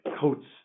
coats